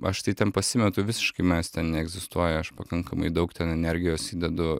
aš tai ten pasimetu visiškai manęs ten neegzistuoja aš pakankamai daug ten energijos įdedu